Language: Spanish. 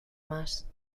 más